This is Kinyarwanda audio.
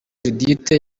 judithe